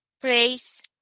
place